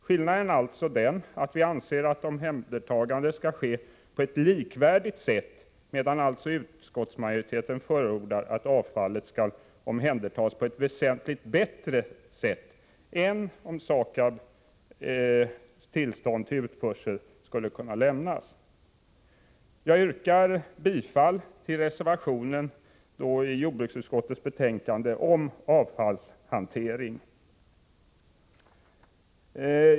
Skillnaden är alltså den att vi anser att omhändertagandet skall ske på ett likvärdigt sätt, medan utskottsmajoriteten förordar att avfallet skall omhändertas på ett väsentligt bättre sätt än vad som sker om det hela sköts av SAKAB, för att tillstånd till utförsel skall kunna lämnas. Jag yrkar bifall till reservationen om avfallshantering.